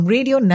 Radio